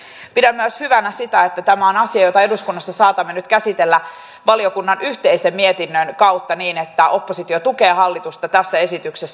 pidän myös hyvänä sitä että tämä on asia jota eduskunnassa saatamme nyt käsitellä valiokunnan yhteisen mietinnön kautta niin että oppositio tukee hallitusta tässä esityksessä